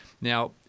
now